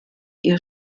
ihr